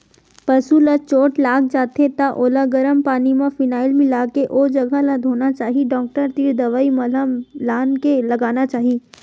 पसु ल चोट लाग जाथे त ओला गरम पानी म फिनाईल मिलाके ओ जघा ल धोना चाही डॉक्टर तीर दवई मलहम लानके लगाना चाही